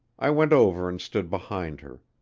i went over and stood behind her.